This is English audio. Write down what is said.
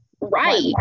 right